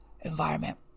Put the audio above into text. environment